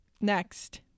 Next